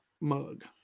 mug